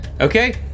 Okay